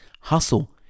Hustle